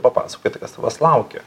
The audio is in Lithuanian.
papasakoti kas tavęs laukia